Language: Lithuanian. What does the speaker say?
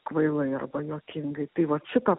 kvailai arba juokingai tai vat šita